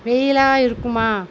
வெயிலாக இருக்குமா